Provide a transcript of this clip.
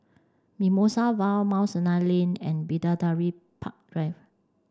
Mimosa Vale Mount Lane and Bidadari Park Drive